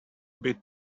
bit